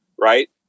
right